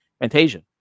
Fantasia